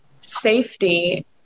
safety